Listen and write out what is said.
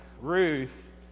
Ruth